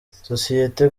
sosiyete